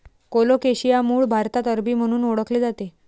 colocasia मूळ भारतात अरबी म्हणून ओळखले जाते